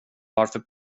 varför